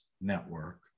Network